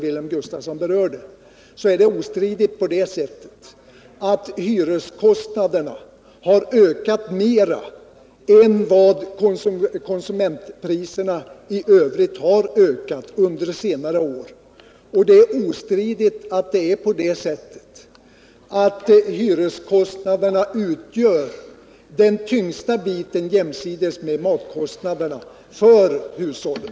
Det är ostridigt att hyreskostnaderna under senare år har ökat mer än vad konsumentpriserna i övrigt har gjort. Det är ostridigt att hyreskostnaderna, jämsides med matkostnaderna, utgör den tyngsta biten för hushållen.